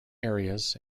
areas